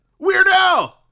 Weirdo